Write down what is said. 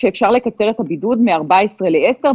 שאפשר לקצר את הבידוד מ-14 ל-10,